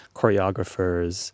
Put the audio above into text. choreographers